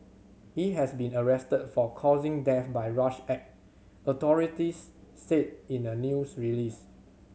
he has been arrested for causing death by rash act authorities said in a news release